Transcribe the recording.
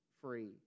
free